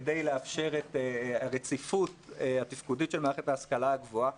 כדי לאפשר את הרציפות התפקודית של מערכת ההשכלה הגבוהה.